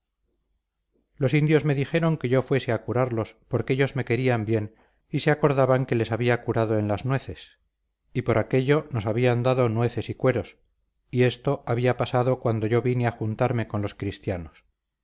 los indios me dijeron que yo fuese a curarlos porque ellos me querían bien y se acordaban que les había curado en las nueces y por aquello nos habían dado nueces y cueros y esto había pasado cuando yo vine a juntarme con los cristianos